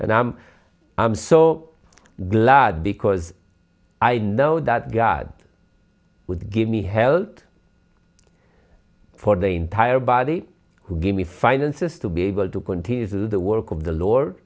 and i'm i'm so glad because i know that god would give me hell for the entire body who gave me finances to be able to continue the work of the lord